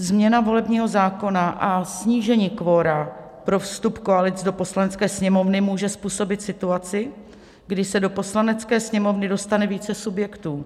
Změna volebního zákona a snížení kvora pro vstup koalic do Poslanecké sněmovny může způsobit situaci, kdy se do Poslanecké sněmovny dostane více subjektů.